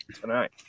tonight